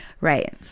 Right